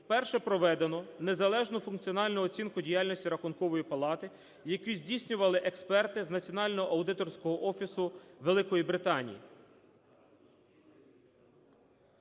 вперше проведено незалежну функціональну оцінку діяльності Рахункової палати, яку здійснювали експерти з Національного аудиторського офісу Великої Британії.